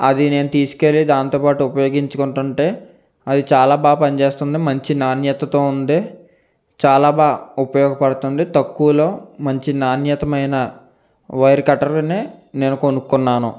అది నేను తీసుకెళ్ళి దాంతో బాటు ఉపయోగించుకుంటుంటే అది చాలా బాగా పని చేస్తుంది మంచి నాణ్యతతో ఉంది చాలా బాగా ఉపయోగపడుతుంది తక్కువలో మంచి నాణ్యతమైన వైర్ కట్టర్నే నేను కొనుక్కున్నాను